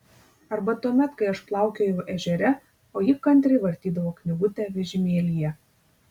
arba tuomet kai aš plaukiojau ežere o ji kantriai vartydavo knygutę vežimėlyje